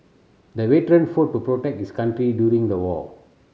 the veteran fought to protect his country during the war